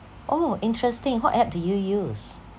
oh interesting what app do you use